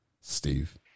Steve